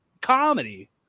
comedy